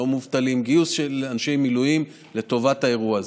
לא מובטלים גיוס של אנשי מילואים לטובת האירוע הזה.